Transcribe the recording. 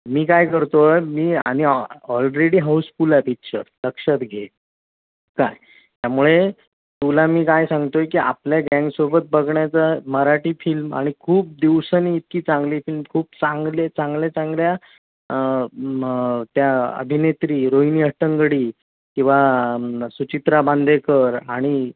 मी काय करतो आहे मी आणि ऑ ऑलरेडी हाऊसफुल आहे पिच्चर लक्षात घे काय त्यामुळे तुला मी काय सांगतो आहे की आपल्या गँगसोबत बघण्याचा मराठी फिल्म आणि खूप दिवसांनी इतकी चांगली फिल्म खूप चांगले चांगल्या चांगल्या मग त्या अभिनेत्री रोहिणी हट्टंगडी किंवा मग सुचित्रा बांदेकर आणि